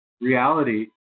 reality